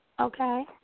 Okay